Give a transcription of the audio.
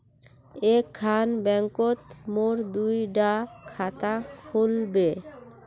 एक खान बैंकोत मोर दुई डा खाता खुल बे?